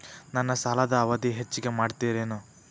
ನನ್ನ ಸಾಲದ ಅವಧಿ ಹೆಚ್ಚಿಗೆ ಮಾಡ್ತಿರೇನು?